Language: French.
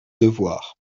devoir